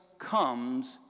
comes